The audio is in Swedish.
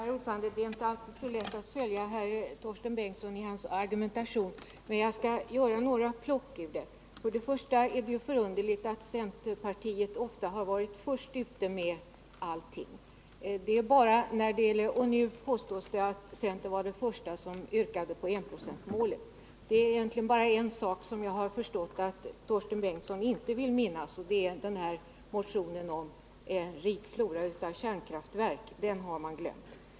Herr talman! Det är inte alltid så lätt att följa Torsten Bengtson i hans argumentation, men jag skall göra några plock ur den. Det är förunderligt att centerpartiet ofta säger att man har varit först ute med allting. Nu påstås det att centern var det första parti som yrkade på enprocentsmålet. Det är bara en sak som jag har förstått att Torsten Bengtson inte vill minnas, nämligen den här motionen om en rik flora av kärnkraftverk. Den har man glömt.